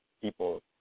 people